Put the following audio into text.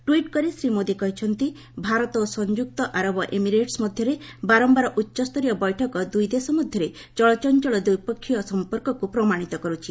tweet କରି ଶ୍ରୀ ମୋଦି କହିଛନ୍ତି ଭାରତ ଓ ସଂଯୁକ୍ତ ଆରବ ଏମିରେଟ୍ସ ମଧ୍ୟରେ ବାରମ୍ଭାର ଉଚ୍ଚସ୍ତରୀୟ ବୈଠକ ଦୁଇଦେଶ ମଧ୍ୟରେ ଚଳଚଞ୍ଚଳ ଦ୍ୱିପକ୍ଷୀୟ ସଂପର୍କକୁ ପ୍ରମାଣିତ କରୁଛି